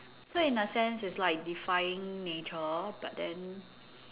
so in a sense is like defying nature but then